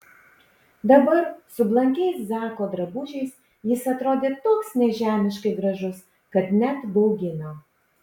dabar su blankiais zako drabužiais jis atrodė toks nežemiškai gražus kad net baugino